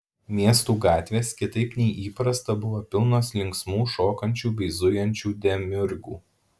miestų gatvės kitaip nei įprasta buvo pilnos linksmų šokančių bei zujančių demiurgų